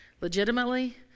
legitimately